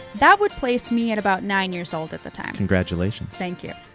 that would place me at about nine years old at the time. congratulations. thank you.